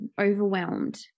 overwhelmed